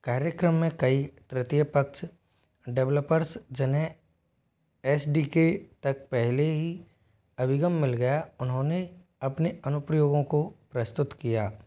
कार्यक्रम में कई तृतीय पक्ष डेवलपर्स जिन्हें एस डी के तक पहले ही अभिगम मिल गया उन्होंने अपने अनुप्रयोगों को प्रस्तुत किया